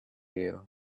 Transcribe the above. you